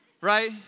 right